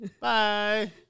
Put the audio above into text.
Bye